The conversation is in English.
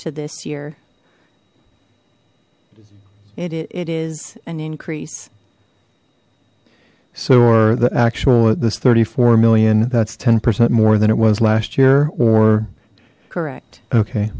to this year it is an increase or the actual of this thirty four million that's ten percent more than it was last year or correct okay